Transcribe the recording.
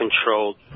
controlled